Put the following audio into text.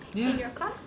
ya